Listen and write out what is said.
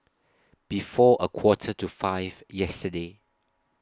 before A Quarter to five yesterday